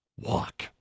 Walk